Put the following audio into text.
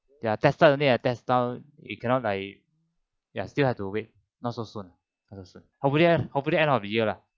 ya tested only test you cannot like ya still have to wait not so soon not so soon hopefully end of the year lah